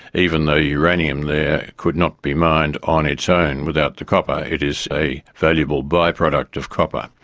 even though uranium there could not be mined on its own without the copper, it is a valuable by-product of copper.